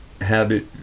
habit